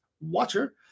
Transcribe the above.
watcher